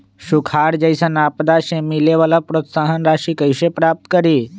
सुखार जैसन आपदा से मिले वाला प्रोत्साहन राशि कईसे प्राप्त करी?